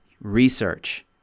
Research